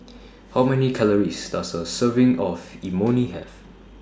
How Many Calories Does A Serving of Imoni Have